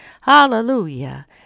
Hallelujah